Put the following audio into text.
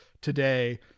today